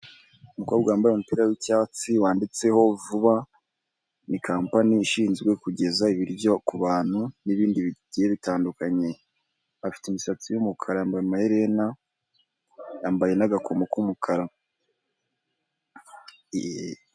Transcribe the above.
Umukobwa wambaye umupira w'icyatsi, wanditseho vuba, ni kampani ishinzwe kugeza ibiryo ku bantu n'ibindi bigiye bitandukanye. Afite imisatsi y'umukara, yambaye amaherena, yambaye n'agakomo k'umukara. Yee,